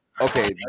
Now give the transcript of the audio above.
okay